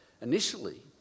Initially